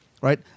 right